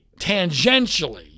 tangentially